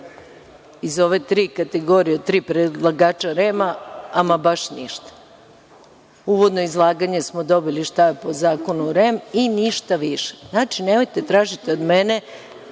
iz ove tri kategorije, tri predlagača REM baš ništa. Uvodno izlaganje smo dobili, šta je po zakonu REM i ništa više. Znači, nemojte da tražite od mene